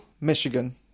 Michigan